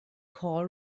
call